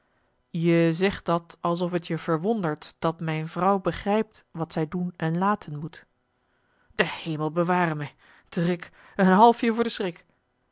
je zegt dat alsof het je verwondert dat mijn vrouw begrijpt wat zij doen en laten moet de hemel beware mij drik een halfje voor den schrik